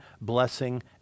blessing